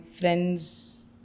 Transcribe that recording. friend's